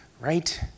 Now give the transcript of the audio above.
right